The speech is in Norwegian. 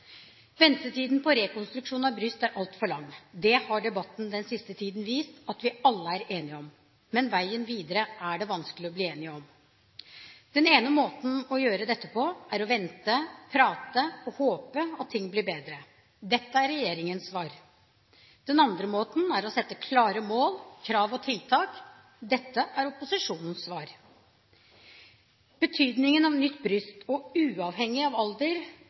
Ventetiden på rekonstruksjon av bryst er altfor lang, det har debatten den siste tiden vist at vi alle er enige om, men veien videre er det vanskelig å bli enig om. Den ene måten å gjøre dette på er å vente, prate og håpe at ting blir bedre. Dette er regjeringens svar. Den andre måten er å sette klare mål, stille krav og komme med tiltak. Dette er opposisjonens svar. Betydningen av nytt bryst – og uavhengig av alder